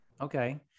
okay